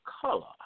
color